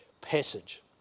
passage